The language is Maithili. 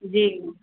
जी